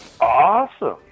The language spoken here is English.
Awesome